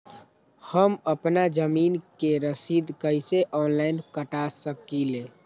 हम अपना जमीन के रसीद कईसे ऑनलाइन कटा सकिले?